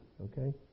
okay